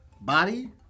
body